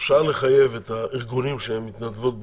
אפשר לחייב את הארגונים שהן מתנדבות בהם,